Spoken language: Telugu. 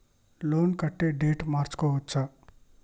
లోన్ కట్టే డేటు మార్చుకోవచ్చా?